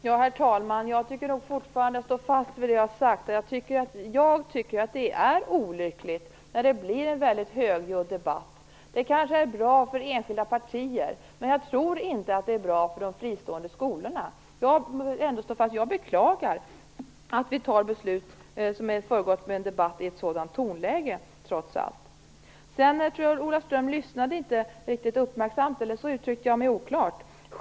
Herr talman! Jag tänker fortfarande stå fast vid det jag har sagt. Jag tycker att det är olyckligt med en väldigt högljudd debatt. Den kanske är bra för enskilda partier, men jag tror inte att den är bra för de fristående skolorna. Jag beklagar trots allt att vi fattar beslut som föregåtts av en debatt i ett sådant här tonläge. Jag tror inte att Ola Ström lyssnade riktigt uppmärksamt, eller så uttryckte jag mig oklart.